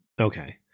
Okay